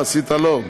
אה, עשית לו?